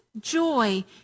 joy